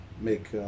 make